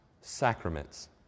sacraments